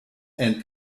and